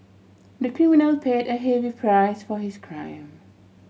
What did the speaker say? the criminal paid a heavy price for his crime